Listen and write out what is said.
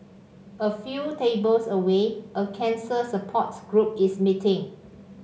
a few tables away a cancer support group is meeting